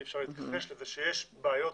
אי אפשר להתכחש לזה שיש בעיות